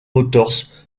motors